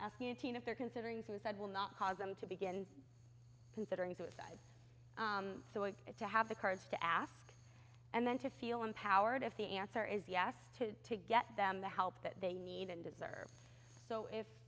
asking a teen if they're considering suicide will not cause them to begin considering suicide so it's to have the courage to ask and then to feel empowered if the answer is yes to to get them the help that they need and deserve so if